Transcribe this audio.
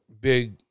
big